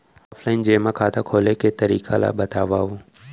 Offline जेमा खाता खोले के तरीका ल बतावव?